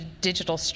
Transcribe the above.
digital